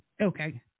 Okay